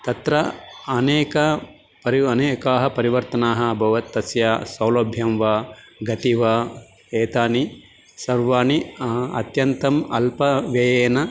तत्र अनेक परिव् अनेकानि परिवर्तनानि अभवन् तस्य सौलभ्यं वा गतिः वा एतानि सर्वाणि अत्यन्तम् अल्पव्ययेन